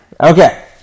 Okay